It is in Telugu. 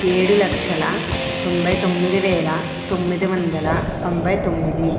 ఏడు లక్షల తొంభై తొమ్మిది వేల తొమ్మిది వందల తొంభై తొమ్మిది